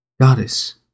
Goddess